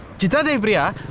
chitra devi priya.